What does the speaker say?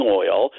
oil